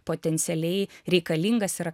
potencialiai reikalingas ir